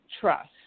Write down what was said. trust